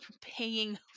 paying